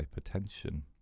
hypertension